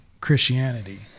Christianity